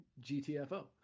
GTFO